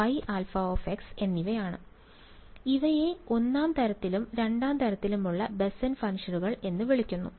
അതിനാൽ ഇവയെ ഒന്നാം തരത്തിലും രണ്ടാം തരത്തിലുമുള്ള ബെസൽ ഫംഗ്ഷനുകൾ എന്ന് വിളിക്കുന്നു